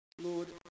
Lord